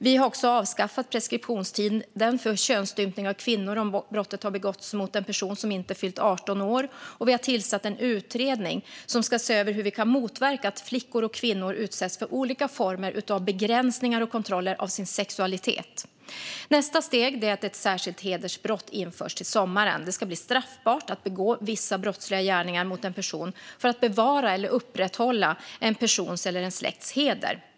Vi har också avskaffat preskriptionstiden för könsstympning av kvinnor om brottet har begåtts mot en person som inte har fyllt 18 år, och vi har tillsatt en utredning som ska se över hur vi kan motverka att flickor och kvinnor utsätts för olika former av begränsningar och kontroller av sin sexualitet. Nästa steg är att ett särskilt hedersbrott införs till sommaren. Det ska bli straffbart att begå vissa brottsliga gärningar mot en person för att bevara eller upprätthålla en persons eller en släkts heder. Fru talman!